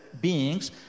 beings